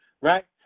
right